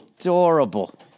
Adorable